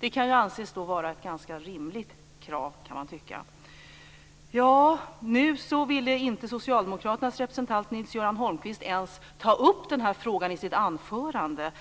Det kan anses vara ett ganska rimligt krav. Nils-Göran Holmqvist ens ta upp frågan i sitt anförande.